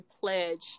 pledge